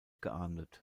geahndet